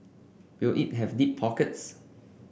will it have deep pockets